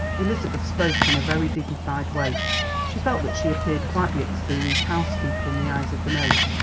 elizabeth spoke in a very dignified way she felt that she appeared quite the experienced housekeeper in the eyes of the maid,